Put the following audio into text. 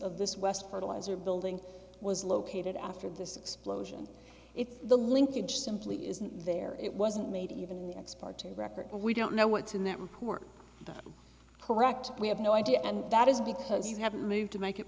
of this west fertilizer building was located after this explosion if the linkage simply isn't there it wasn't made even in the expert to record we don't know what's in that report correct we have no idea and that is because you have moved to make it